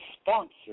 sponsor